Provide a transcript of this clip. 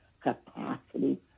capacity